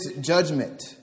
judgment